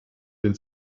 den